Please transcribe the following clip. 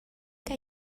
que